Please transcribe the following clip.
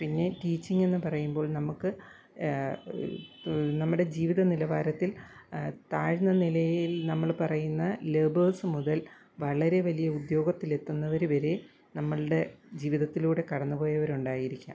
പിന്നെ ടീച്ചിങ്ങെന്ന് പറയുമ്പോൾ നമുക്ക് നമ്മുടെ ജീവിതനിലവാരത്തിൽ താഴ്ന്ന നിലയിൽ നമ്മൾ പറയുന്ന ലേബേഴ്സ് മുതൽ വളരെ വലിയ ഉദ്യോഗത്തിലെത്തുന്നവർ വരെ നമ്മളുടെ ജീവിതത്തിലൂടെ കടന്നുപോയവരുണ്ടായിരിക്കാം